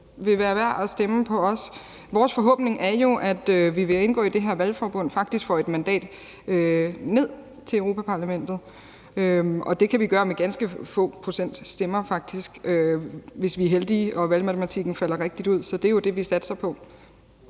vil være værd at stemme på os. Vores forhåbning er jo, at vi ved at indgå i dether valgforbund faktisk får et mandat ned til Europa-Parlamentet, og det kan vi gøre med ganske få procent stemmer faktisk, hvis vi er heldige og valgmatematikken falder rigtigt ud. Så det er jo det, vi satser på.